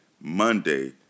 Monday